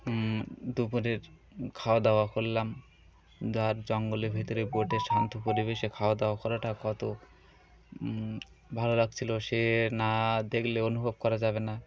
দুপুরের খাওয়া দাওয়া করল্লাম যার জঙ্গলেের ভিতরে বোটে শান্ত পরিবেশে খাওয়া দাওয়া করাটা কত ভালো লাগছিলো সে না দেখলে অনুভব করা যাবে না